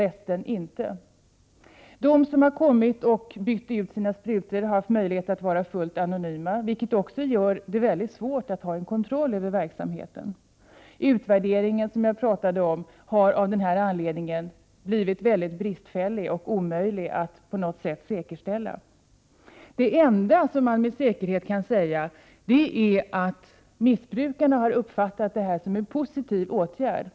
De personer som har kommit tillbaka för att byta ut sina sprutor har haft möjlighet att vara fullt anonyma, vilket också gör det mycket svårt att kontrollera verksamheten. Den utvärdering som jag talade om har av denna anledning blivit mycket bristfällig och omöjlig att på något sätt göra säker. Det enda som man med säkerhet kan säga är att missbrukarna har uppfattat det hela som en positiv åtgärd.